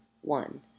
one